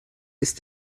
ist